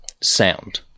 sound